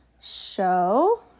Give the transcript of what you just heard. show